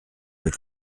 with